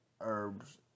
Herbs